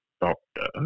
doctor